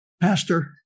pastor